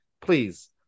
Please